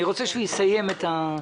אני רוצה שהוא יסיים את ההצגה.